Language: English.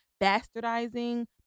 bastardizing